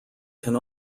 can